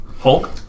Hulk